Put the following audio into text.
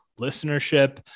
listenership